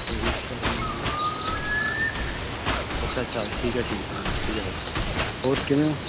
ਰੋਹਿਤ ਸ਼ਰਮਾ ਅੱਛਾ ਅੱਛਾ ਠੀਕ ਹੈ ਠੀਕ ਹੈ ਠੀਕ ਹੈ ਹੋਰ ਕਿਵੇਂ ਹੋ